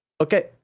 Okay